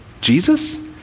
Jesus